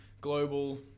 global